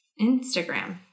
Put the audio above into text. Instagram